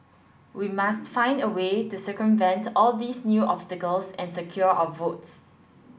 we must find a way to circumvent all these new obstacles and secure our votes